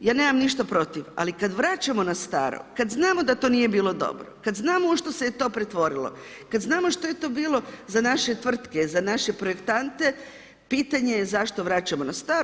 ja nemam ništa protiv, ali kad vraćamo na staro, kad znamo da to nije bilo dobro, kad znamo u što se je to pretvorilo, kad znamo što je to bilo za naše tvrtke, za naše projektante, pitanje je zašto vraćamo na staro.